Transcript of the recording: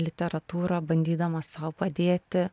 literatūrą bandydama sau padėti